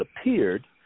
appeared